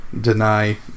deny